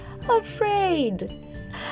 afraid